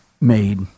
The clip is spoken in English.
made